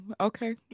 okay